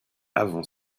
avant